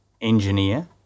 engineer